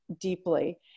deeply